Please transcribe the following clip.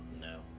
No